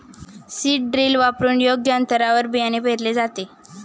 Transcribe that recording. seed drill वापरून योग्य अंतरावर बियाणे पेरले जाते